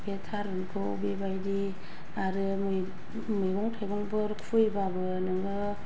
बे थारुनखौ बेबायदि आरो मैगं मैगं थाइगंफोर खुयैयोबाबो नोङो